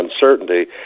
uncertainty